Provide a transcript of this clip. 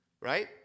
right